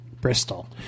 Bristol